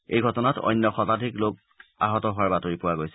এই ঘটনাত অন্য শতাধিক লোক আহত হোৱাৰ বাতৰি পোৱা গৈছে